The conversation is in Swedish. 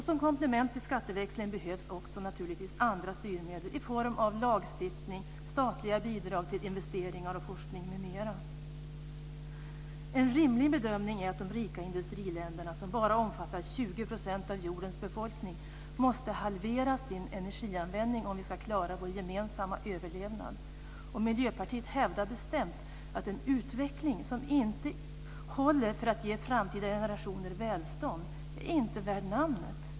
Som komplement till skatteväxling behövs naturligtvis också andra styrmedel i form av lagstiftning, statliga bidrag till investeringar, forskning m.m. En rimlig bedömning är att de rika industriländerna, som bara omfattar 20 % av jordens befolkning, måste halvera sin energianvändning om vi ska klara vår gemensamma överlevnad. Miljöpartiet hävdar bestämt att en utveckling som inte håller för att ge framtida generationer välstånd är inte värd namnet.